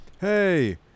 Hey